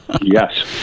Yes